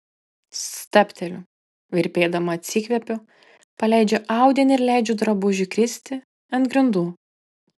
stabteliu virpėdama atsikvepiu paleidžiu audinį ir leidžiu drabužiui kristi ant grindų